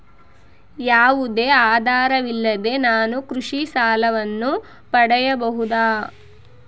ಯಾವುದೇ ಆಧಾರವಿಲ್ಲದೆ ನಾನು ಕೃಷಿ ಸಾಲವನ್ನು ಪಡೆಯಬಹುದಾ?